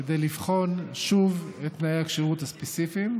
כדי לבחון שוב את תנאי הכשירות הספציפיים,